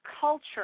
culture